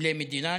סמלי מדינה,